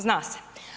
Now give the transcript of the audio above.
Zna se.